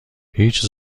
هیچ